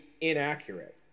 inaccurate